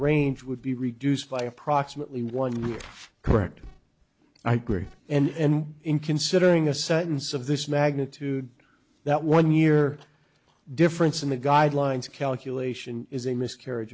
range would be reduced by approximately one correct i gree and in considering a sentence of this magnitude that one year difference in the guidelines calculation is a miscarriage